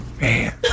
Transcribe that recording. man